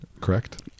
correct